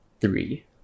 three